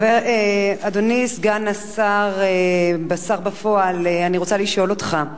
אדוני סגן השר, השר בפועל, אני רוצה לשאול אותך: